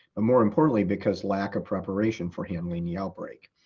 ah more importantly, because lack of preparation for handling the outbreak.